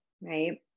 right